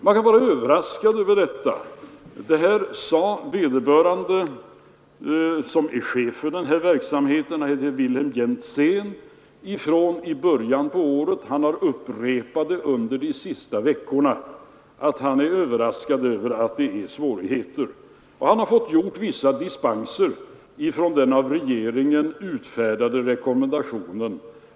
Man kan vara överraskad över detta. Chefen för den här verksamheten, Wilhelm Jentzen, sade redan i början av året, och han har upprepat det under de senaste veckorna, att han är överraskad över att det är svårigheter. Och han har fått lämna vissa dispenser från den av regeringen utfärdade rekommendationen.